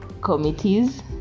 committees